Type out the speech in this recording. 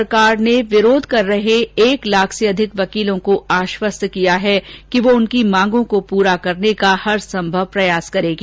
सरकार ने विरोध कर रहे एक लाख से अधिक वकीलों को आश्वस्त किया कि वह उनकी मांगों को पूरा करने का हरसंभव प्रयास करेगी